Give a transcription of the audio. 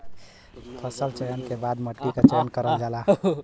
फसल चयन के बाद मट्टी क चयन करल जाला